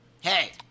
Hey